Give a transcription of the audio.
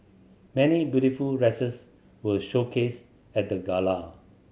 many beautiful dresses were showcased at the gala